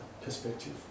perspective